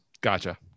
Gotcha